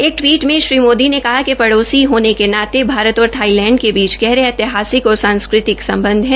एक टवीट में श्री मोदी ने कहा कि पड़ोसी होने के नाते भारत और थाईलैंड के बीच गहरे ऐतिहासिक और सांस्कृतिक संबंध हैं